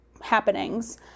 happenings